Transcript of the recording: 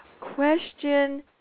Question